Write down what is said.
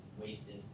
wasted